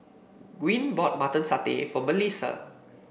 Gwyn bought Mutton Satay for Mellisa